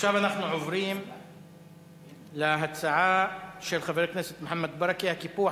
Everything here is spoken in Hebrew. נעבור להצעה לסדר-היום בנושא: הקיפוח